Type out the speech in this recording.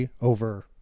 over